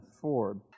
Ford